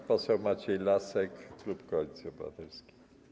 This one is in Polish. Pan poseł Maciej Lasek, klub Koalicji Obywatelskiej.